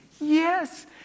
yes